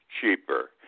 cheaper